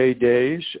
days